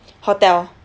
hotel